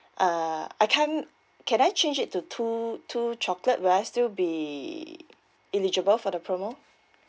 uh I can't can I change it to two two chocolate will I still be eligible for the promo